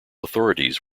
authorities